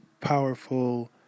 powerful